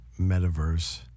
metaverse